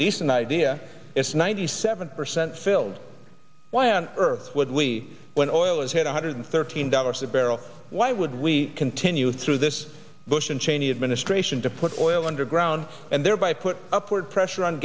decent idea it's ninety seven percent filled why on earth would we when or oil is one hundred thirteen dollars a barrel why would we continue through this bush and cheney administration to put oil underground and thereby put upward pressure on